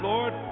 Lord